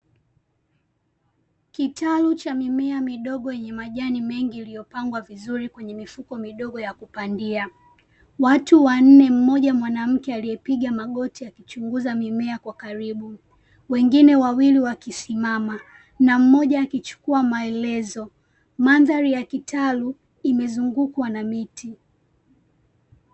Kitalu cha mimea midogo yenye majani mengi iliyopangwa vizuri kwenye mifuko midogo ya kupandia. Watu wanne mmoja mwanamke aliyepiga magoti akichunguza mimea kwa karibu, wengine wawili wakisimama na mmoja akichukua maelezo. Mandhari ya kitalu imezungukwa na miti.